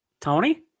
Tony